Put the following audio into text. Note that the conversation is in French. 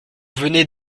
venez